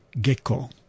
Gecko